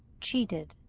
cheated.